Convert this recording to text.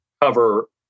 cover